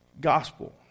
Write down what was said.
gospel